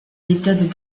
méthodes